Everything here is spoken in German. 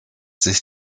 sich